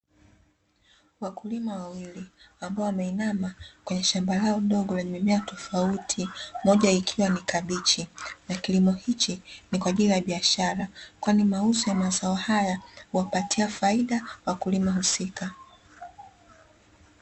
wakulima wawili ambao wameinama kwenye shamba lao dogo la mimea tofauti moja ikiwa ni kabichi na kilimo hichi ni kwaajili ya biashara kwani mauzo yamazao haya huwapatia faida wakulima husika .